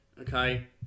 Okay